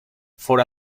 for